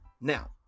Now